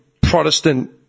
Protestant